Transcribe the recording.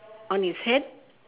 on his head